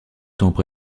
temps